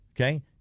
Okay